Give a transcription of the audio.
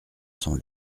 son